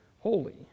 holy